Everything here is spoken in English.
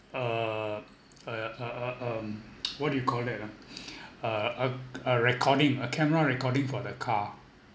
err uh uh uh um what do you call that ah uh uh a recording a camera recording for the car